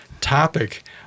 topic